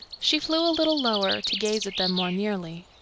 she flew a little lower, to gaze at them more nearly.